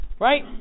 right